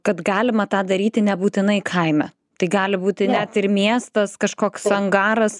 kad galima tą daryti nebūtinai kaime tai gali būti net ir miestas kažkoks angaras